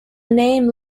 name